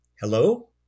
Hello